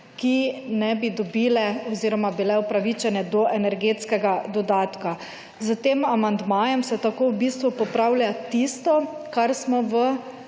ki nebi dobile oziroma bile upravičene do energetskega dodatka. S tem amandmajev se tako v bistvu popravlja tisto, kar smo v